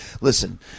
listen